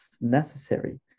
necessary